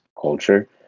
culture